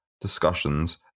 discussions